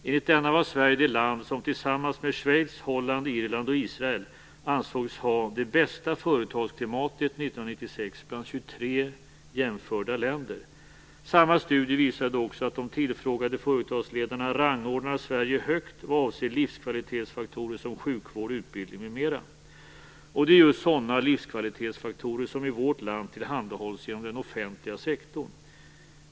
Enligt denna var Sverige det land som tillsammans med Schweiz, Holland, Irland och Israel ansågs ha det bästa företagsklimatet 1996 bland 23 jämförda länder. Samma studie visade också att de tillfrågade företagsledarna rangordnar Sverige högt vad avser livskvalitetsfaktorer som sjukvård, utbildning m.m. Det är just sådana livskvalitetsfaktorer som i vårt land tillhandahålls genom den offentliga sektorn.